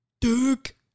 duke